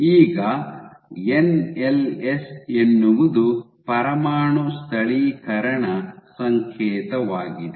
ಈಗ ಎನ್ಎಲ್ಎಸ್ ಎನ್ನುವುದು ಪರಮಾಣು ಸ್ಥಳೀಕರಣ ಸಂಕೇತವಾಗಿದೆ